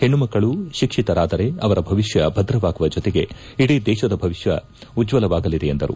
ಹೇಣ್ಣ ಮಕ್ಕಳು ಶಿಕ್ಷಿತರಾದರೆ ಅವರ ಭವಿಷ್ಯ ಭದ್ರವಾಗುವ ಜೊತೆಗೆ ಇಡೀ ದೇಶದ ಭವಿಷ್ಯ ಉಜ್ವಲವಾಗಲಿದೆ ಎಂದರು